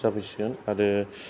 जाफैसिगोन आरो